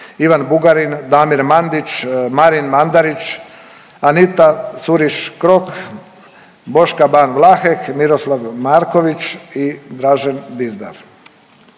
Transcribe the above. Ivan Bugarin, Damir Mandić, Marin Mandarić, Anita Curiš Krok, Boška Ban Vlahek, Miroslav Marković i Dražan Dizdar.